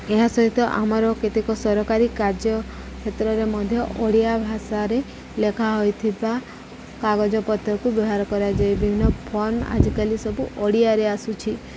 ଏହା ସହିତ ଆମର କେତେକ ସରକାରୀ କାର୍ଯ୍ୟ କ୍ଷେତ୍ରରେ ମଧ୍ୟ ଓଡ଼ିଆ ଭାଷାରେ ଲେଖା ହୋଇଥିବା କାଗଜପତ୍ରକୁ ବ୍ୟବହାର କରାଯାଏ ବିଭିନ୍ନ ଫର୍ମ ଆଜିକାଲି ସବୁ ଓଡ଼ିଆରେ ଆସୁଛି